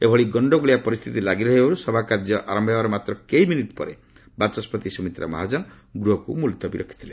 ଏଭଳି ଗଣ୍ଡଗୋଳିଆ ପରିସ୍ଥିତି ଲାଗିରହିବାରୁ ସଭାକାର୍ଯ୍ୟ ଆରମ୍ଭ ହେବାର ମାତ୍ର କେଇମିନିଟ୍ ପରେ ବାଚସ୍କତି ସୁମିତ୍ରା ମହାଜନ ଗୃହକୁ ମୁତଲବୀ ରଖିଥିଲେ